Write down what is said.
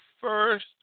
first